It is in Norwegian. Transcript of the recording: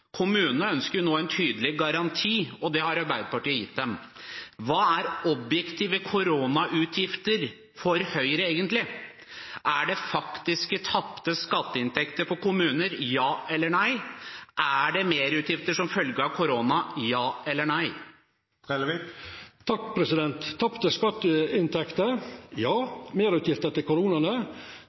Kommunene ønsker nå en tydelig garanti, og det har Arbeiderpartiet gitt dem. Hva er objektive koronautgifter for Høyre? Er det faktisk tapte skatteinntekter for kommunene? Svar ja eller nei. Er det merutgifter som følge av korona? Svar ja eller nei. Tapte skatteinntekter: ja.